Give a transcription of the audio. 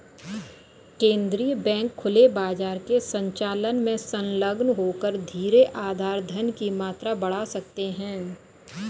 केंद्रीय बैंक खुले बाजार के संचालन में संलग्न होकर सीधे आधार धन की मात्रा बढ़ा सकते हैं